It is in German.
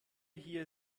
hier